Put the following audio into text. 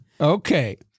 Okay